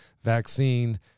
Vaccine